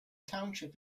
township